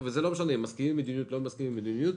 וזה לא משנה אם מסכימים עם המדיניות אול לא מסכימים עם המדיניות,